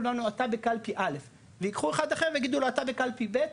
לנו אתה בקלפי א' וייקחו אחד אחר ויגידו אתה בקלפי ב',